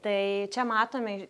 tai čia matome